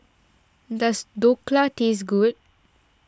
does Dhokla taste good